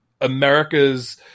America's